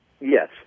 yes